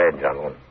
gentlemen